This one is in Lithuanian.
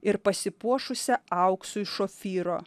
ir pasipuošusią auksu iš ofyro